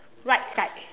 right side